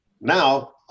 now